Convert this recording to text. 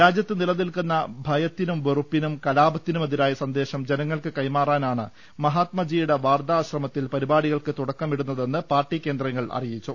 രാജ്യത്ത് നിലനിൽക്കുന്ന ഭയ ത്തിനും വെറുപ്പിനും കലാപത്തിനുമെതിരായ സന്ദേശം ജന ങ്ങൾക്ക് കൈമാറാനാണ് മഹാത്മജിയുടെ വാർധാ ആശ്രമത്തിൽ പരിപാടികൾക്ക് തുടക്കമിടുന്നതെന്ന് പാർട്ടി കേന്ദ്രങ്ങൾ അറിയി ച്ചു